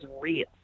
real